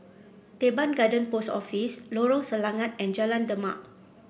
Teban Garden Post Office Lorong Selangat and Jalan Demak